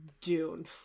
Dune